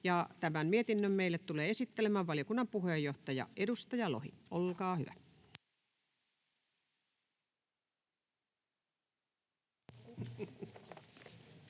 Tämän mietinnön meille tulee esittelemään valiokunnan puheenjohtaja, edustaja Lohi. Olkaa hyvä.